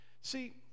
See